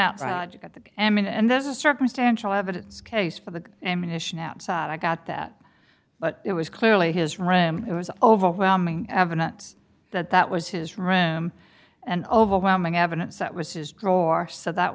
at the end there's a circumstantial evidence case for the ammunition outside i got that but it was clearly his room it was overwhelming evidence that that was his room and overwhelming evidence that was his drawer so that